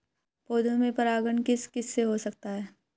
पौधों में परागण किस किससे हो सकता है?